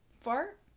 fart